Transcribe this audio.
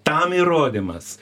tam įrodymas